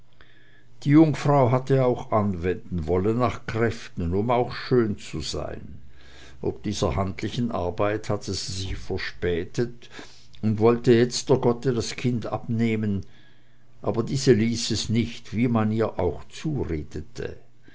die jungfrau hatte auch anwenden wollen nach kräften um auch schön zu sein ob dieser handlichen arbeit hatte sie sich verspätet und wollte jetzt der gotte das kind abnehmen aber diese ließ es nicht wie man ihr auch zuredete